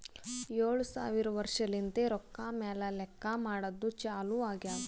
ಏಳು ಸಾವಿರ ವರ್ಷಲಿಂತೆ ರೊಕ್ಕಾ ಮ್ಯಾಲ ಲೆಕ್ಕಾ ಮಾಡದ್ದು ಚಾಲು ಆಗ್ಯಾದ್